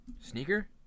Sneaker